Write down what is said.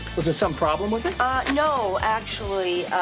was there some problem with it? ah, no actually.